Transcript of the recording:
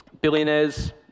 billionaires